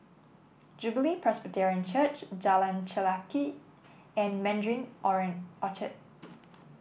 Jubilee Presbyterian Church Jalan Chelagi and Mandarin orange Orchard